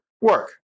work